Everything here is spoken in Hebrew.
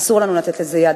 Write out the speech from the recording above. אסור לנו לתת לזה יד.